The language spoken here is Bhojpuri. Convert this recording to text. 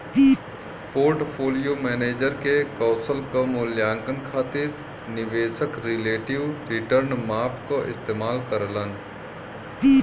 पोर्टफोलियो मैनेजर के कौशल क मूल्यांकन खातिर निवेशक रिलेटिव रीटर्न माप क इस्तेमाल करलन